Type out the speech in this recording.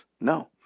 no